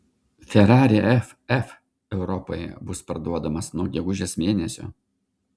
ferrari ff europoje bus parduodamas nuo gegužės mėnesio